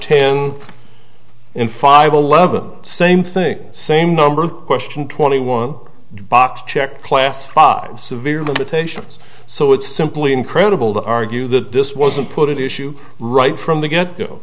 ten in five eleven same thing same number question twenty one docs check class five severe limitations so it's simply incredible to argue that this wasn't put issue right from the get go